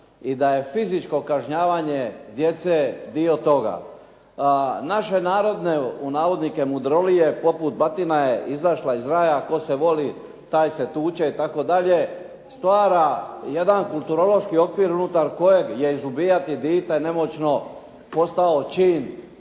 i da je fizičko kažnjavanje djece dio toga. Naše narodne mudrolije poput "batina je izašla iz raja", "tko se voli, taj se tuče" itd., stvara jedan kulturološki okvir unutar kojeg je izbijati dite nemoćno posao čin